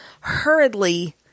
hurriedly